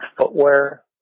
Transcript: footwear